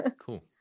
cool